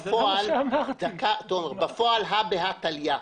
הא בהא תליה.